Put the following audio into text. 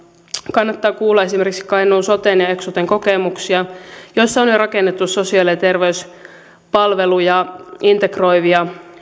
kannattaa kuulla esimerkiksi kainuun soten ja eksoten kokemuksia joissa on on jo rakennettu sosiaali ja terveyspalveluja integroivia